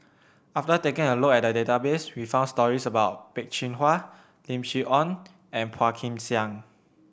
after taking a look at the database we found stories about Peh Chin Hua Lim Chee Onn and Phua Kin Siang